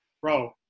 Bro